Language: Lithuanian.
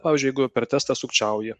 pavyzdžiui jeigu per testą sukčiauji